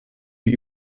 wir